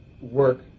work